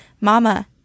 Mama